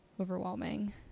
overwhelming